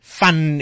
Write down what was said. fun